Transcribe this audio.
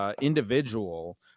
individual